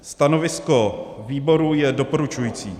Stanovisko výboru je doporučující.